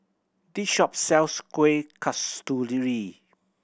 this shop sells Kuih Kasturi